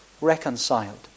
reconciled